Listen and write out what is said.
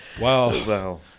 Wow